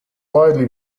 widely